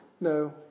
No